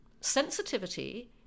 sensitivity